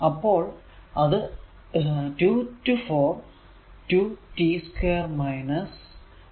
അപ്പോൾ അത് 2 to 4 2 t 2 t dt ആണ്